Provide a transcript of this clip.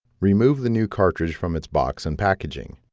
remove the new cartridge from its box and packaging